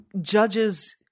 judges